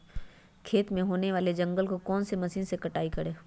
खेत में होने वाले जंगल को कौन से मशीन से कटाई करें?